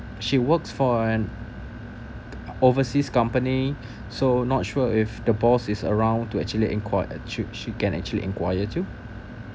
she works for an overseas company so not sure if the boss is around to actually inquire she she she can actually inquire to